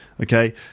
okay